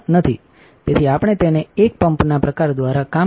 તેથી આપણે તેને એક પંપના પ્રકાર દ્વારા કામ કરવાની જરૂર છે